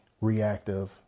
reactive